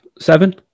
seven